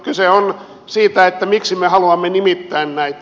kyse on siitä miksi me haluamme nimittää näitä